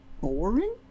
boring